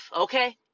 okay